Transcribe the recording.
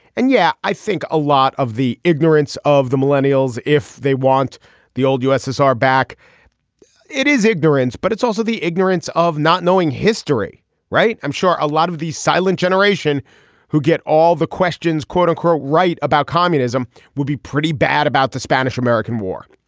and yeah i think a lot of the ignorance of the millennials if they want the old ussr back it is ignorance. but it's also the ignorance of not knowing history right. i'm sure a lot of these silent generation who get all the questions quote unquote right about communism would be pretty bad about the spanish american war.